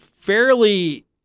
fairly